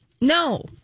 No